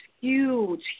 huge